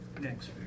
next